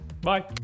Bye